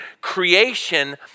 creation